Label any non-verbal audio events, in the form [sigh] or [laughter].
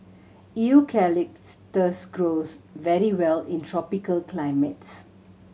[unintelligible] grows very well in tropical climates